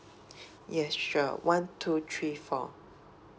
yes sure one two three four